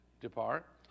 depart